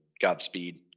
Godspeed